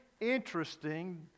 interesting